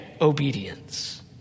obedience